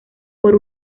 por